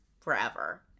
forever